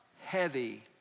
heavy